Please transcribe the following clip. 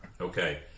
Okay